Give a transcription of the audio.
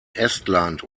estland